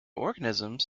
organisms